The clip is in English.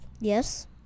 Yes